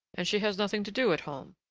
and she has nothing to do at home.